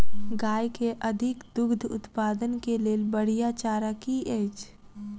गाय केँ अधिक दुग्ध उत्पादन केँ लेल बढ़िया चारा की अछि?